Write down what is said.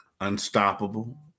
Unstoppable